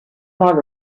mal